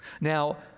Now